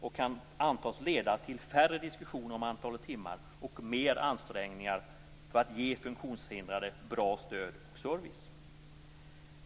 Den kan antas leda till färre diskussioner om antalet timmar och till mera ansträngningar för ge funktionshindrade bra stöd och service.